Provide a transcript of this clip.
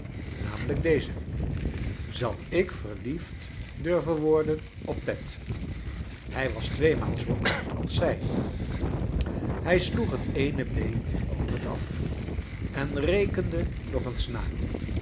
n deze zal ik verliefd durven worden op pet hij was tweemaal zoo oud als zij hij sloeg het eene been over het andere en rekende nog eens na